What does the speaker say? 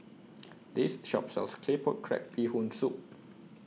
This Shop sells Claypot Crab Bee Hoon Soup